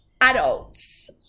adults